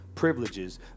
Privileges